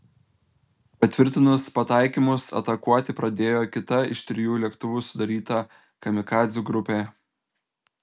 patvirtinus pataikymus atakuoti pradėjo kita iš trijų lėktuvų sudaryta kamikadzių grupė